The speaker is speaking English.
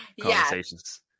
conversations